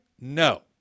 no